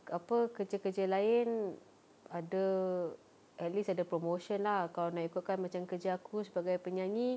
apa kerja-kerja lain ada at least ada promotion lah kalau nak ikutkan macam kerja aku sebagai penyanyi